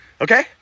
Okay